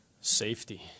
Safety